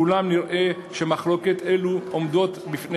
ואולם נראה שמחלוקות אלה עומדות בפני